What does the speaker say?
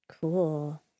Cool